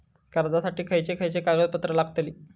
कर्जासाठी खयचे खयचे कागदपत्रा लागतली?